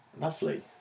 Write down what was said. lovely